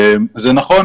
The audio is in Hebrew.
זה נכון.